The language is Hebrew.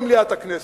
במליאת הכנסת,